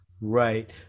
Right